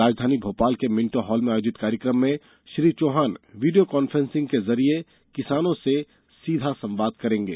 राजधानी भोपाल के Minto hall में आयोजित कार्यक्रम में श्री चौहान वीडियो कॉन्फ्रेंसिंग के माध्यम से किसानों से सीधे संवाद भी करेंगे